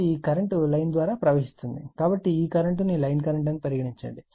కాబట్టి ఈ current line ద్వారా ప్రవహిస్తుంది ఉంది కాబట్టి ఈ కరెంటును లైన్ కరెంట్ అని పరిగణించండి